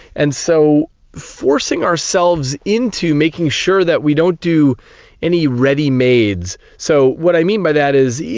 and so forcing ourselves into making sure that we don't do any ready-mades, so what i mean by that is, you